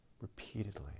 repeatedly